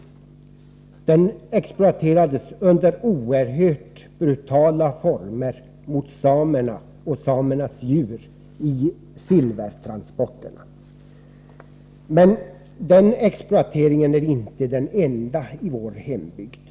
Under exploateringen behandlades samerna och deras djur oerhört brutalt och utnyttjades i silvertransporterna. Men den exploateringen är inte den enda i min hembygd.